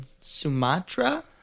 sumatra